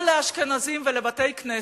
מה לאשכנזים ולבתי-כנסת?